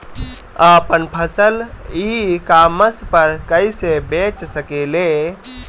आपन फसल e commerce पर कईसे बेच सकिले?